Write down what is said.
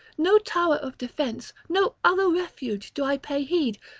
no tower of defence, no other refuge do i pay heed,